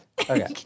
Okay